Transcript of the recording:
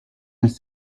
else